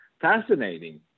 fascinating